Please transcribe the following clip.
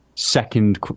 second